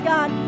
God